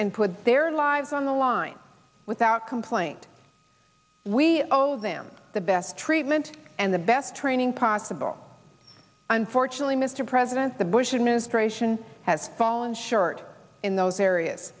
and put their lives on the line without complaint we owe them the best treatment and the best training possible unfortunately mr president the bush administration has fallen short in those areas